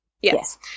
Yes